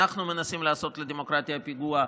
אנחנו מנסים לעשות לדמוקרטיה פיגוע?